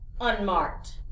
unmarked